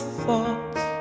thoughts